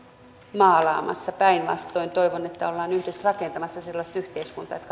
maalaamassa päinvastoin toivon että olemme yhdessä rakentamassa sellaista yhteiskuntaa että